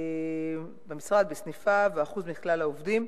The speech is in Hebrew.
במשרד, בסניפיו, והאחוז מכלל העובדים,